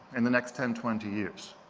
in the next ten, twenty years.